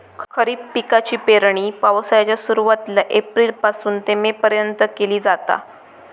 खरीप पिकाची पेरणी पावसाळ्याच्या सुरुवातीला एप्रिल पासून ते मे पर्यंत केली जाता